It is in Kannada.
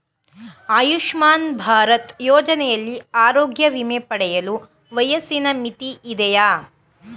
ಆಯುಷ್ಮಾನ್ ಭಾರತ್ ಯೋಜನೆಯಲ್ಲಿ ಆರೋಗ್ಯ ವಿಮೆ ಪಡೆಯಲು ವಯಸ್ಸಿನ ಮಿತಿ ಇದೆಯಾ?